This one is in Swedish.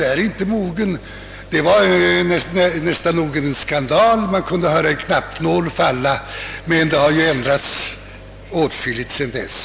Det var nära nog en skandal, att man nämnde ordet »födelsekontroll»; och man kunde nästan ha hört en knappnål falla i sessionssalen. Men åtskilligt har ju ändrats sedan dess.